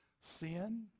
sin